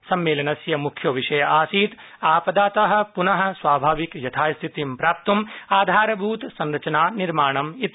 सम्मेलनस्य मुख्यो विषय आसीत् आपदात प्न स्वाभाविक यथास्थिति प्राप्त् आधारभूतसंरचना निर्माणम् इति